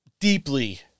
deeply